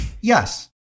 Yes